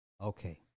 Okay